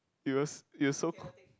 it was it was so chaotic